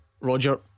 Roger